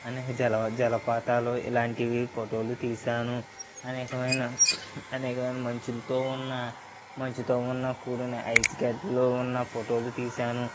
అనేక జల జలపాతాలు ఇలాంటివి ఫోటోలు తీసాను అనేకమైన అనేకమైన మంచులతో ఉన్న మంచుతో ఉన్న కూడిన ఐసు గడ్డలో ఉన్న ఫోటోలు తీసాను